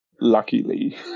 luckily